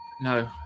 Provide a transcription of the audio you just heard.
No